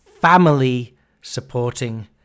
family-supporting